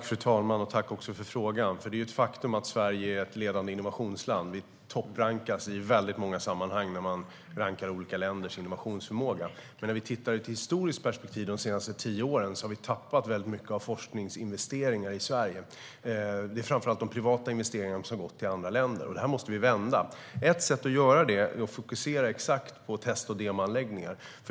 Fru talman! Tack för frågan! Det är ett faktum att Sverige är ett ledande innovationsland. Vi topprankas i många sammanhang där man rankar olika länders innovationsförmåga. Men när vi tittar i ett historiskt perspektiv, de senaste tio åren, ser vi att vi har tappat mycket av forskningsinvesteringar i Sverige. Det är framför allt de privata investeringarna som har gått till andra länder. Det här måste vi vända. Ett sätt att göra det är att fokusera exakt på test och demoanläggningar.